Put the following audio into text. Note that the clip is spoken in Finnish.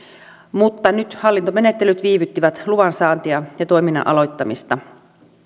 nyt hallintomenettelyt viivyttivät luvan saantia ja toiminnan aloittamista